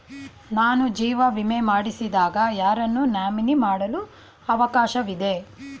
ನಾನು ಜೀವ ವಿಮೆ ಮಾಡಿಸಿದಾಗ ಯಾರನ್ನು ನಾಮಿನಿ ಮಾಡಲು ಅವಕಾಶವಿದೆ?